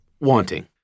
wanting